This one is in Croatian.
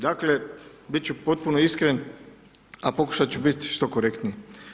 Dakle, bit ću potpuno iskren, a pokušat ću biti što korektniji.